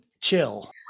chill